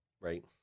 right